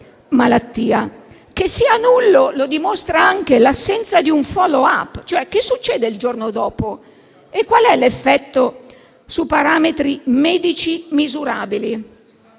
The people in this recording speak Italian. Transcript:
malattia. Che sia nullo lo dimostra anche l'assenza di un *follow up*, cioè cosa succede il giorno dopo e qual è l'effetto su parametri medici misurabili.